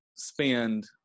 spend